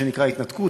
מה שנקרא ההתנתקות,